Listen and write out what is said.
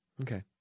Okay